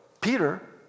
Peter